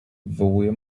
wywołuje